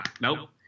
nope